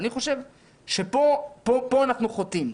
אני חושב שפה אנחנו חוטאים.